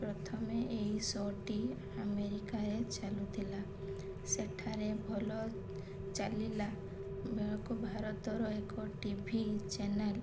ପ୍ରଥମେ ଏହି ଶୋଟି ଆମେରିକାରେ ଚାଲୁ ଥିଲା ସେଠାରେ ଭଲ ଚାଲିଲାବେଳକୁ ଭାରତର ଏକ ଟିଭି ଚ୍ୟାନେଲ୍